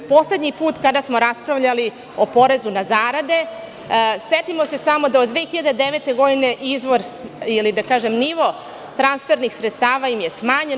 Poslednji put kada smo raspravljali o porezu na zarade, setimo se samo da od 2009. godine izvor ili nivo transfernih sredstava im je smanjen.